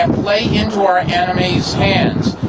and playing into our enemies hands.